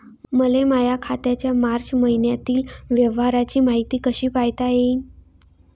मले माया खात्याच्या मार्च मईन्यातील व्यवहाराची मायती कशी पायता येईन?